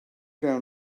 down